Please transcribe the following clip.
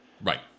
Right